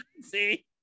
See